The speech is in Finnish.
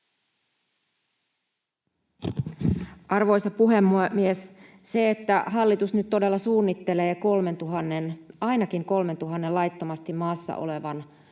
Arvoisa puhemies! Se, että hallitus nyt todella suunnittelee ainakin 3 000:n laittomasti maassa olevan